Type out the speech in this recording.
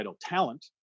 talent